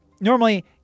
normally